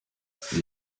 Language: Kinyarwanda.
isi